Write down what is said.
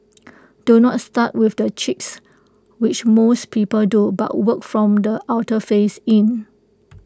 do not start with the cheeks which most people do but work from the outer face in